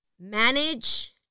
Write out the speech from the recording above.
manage